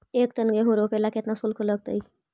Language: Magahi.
एक टन गेहूं रोपेला केतना शुल्क लगतई?